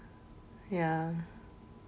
ya